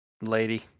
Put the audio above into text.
lady